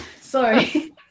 sorry